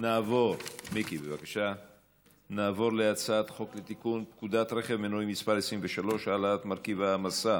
נעבור להצעת חוק לתיקון פקודת רכב מנועי (מס' 23) (העלאת מרכיב ההעמסה